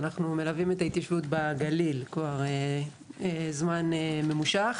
אנחנו מלווים את ההתיישבות בגליל כבר זמן ממושך.